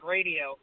Radio